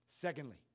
Secondly